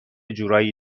جورایی